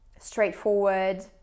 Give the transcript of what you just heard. straightforward